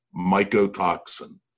mycotoxin